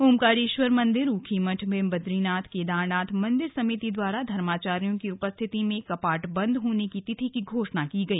ओंकारेश्वर मंदिर ऊखीमठ में बदरीनाथ केदारनाथ मंदिर समिति द्वारा धर्माचार्यों की उपस्थिति में कपाट बंद होने की तिथि की घोषणा की गई